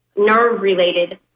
nerve-related